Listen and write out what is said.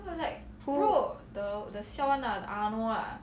who